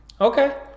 Okay